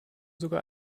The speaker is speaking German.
sogar